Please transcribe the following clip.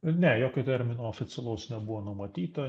ne jokio termino oficialaus nebuvo numatyta